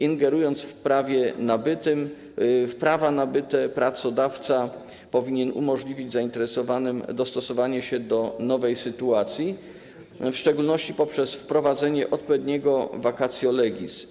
Ingerując w prawa nabyte pracodawca powinien umożliwić zainteresowanym dostosowanie się do nowej sytuacji, w szczególności poprzez wprowadzenie odpowiedniego vacatio legis.